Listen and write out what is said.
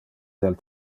del